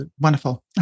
wonderful